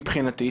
מבחינתי,